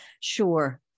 Sure